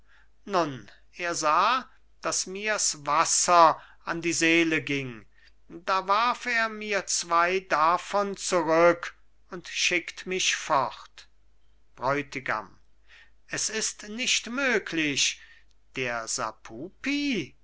nun er sah daß mir s wasser an die seele ging da warf er mir zwei davon zurück und schickt mich fort bräutigam es ist nicht möglich der